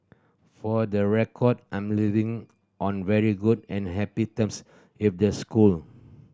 for the record I'm leaving on very good and happy terms with the school